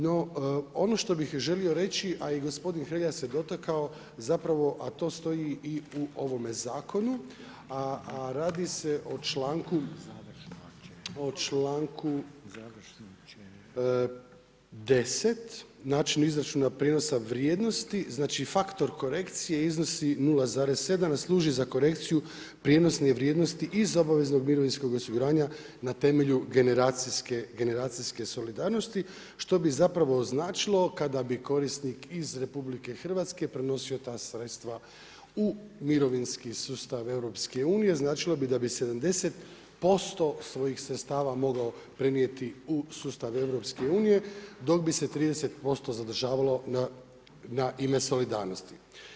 No ono što bih želio reći, a i gospodin Hrelja se dotakao, a to stoji i u ovome zakonu, a radi se o članku 10. načinu izračuna prijenosa vrijednosti, znači faktor korekcije iznosi 0,7 služi za korekciju prijenosne vrijednosti iz obaveznog mirovinskog osiguranja na temelju generacijske solidarnosti što bi zapravo značilo kada bi korisnik iz RH prenosio ta sredstva u mirovinski sustava EU, značilo bi da bi 70% svojih sredstava mogao prenijeti u sustav EU dok bi se 30% zadržavalo na ime solidarnosti.